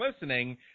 listening